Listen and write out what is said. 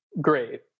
great